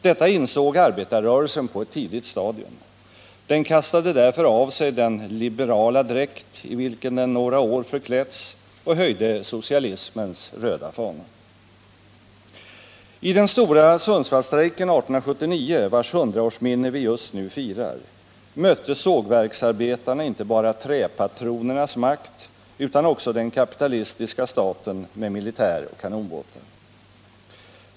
Detta insåg arbetarrörelsen på ett tidigt stadium. Den kastade därför av sig den liberala dräkt i vilken den några I den stora Sundsvallsstrejken 1879, vars hundraårsminne vi just nu firar, mötte sågverksarbetarna inte bara träpatronernas makt utan också den kapitalistiska staten med militär och kanonbåtar.